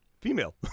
female